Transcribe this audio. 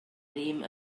ddim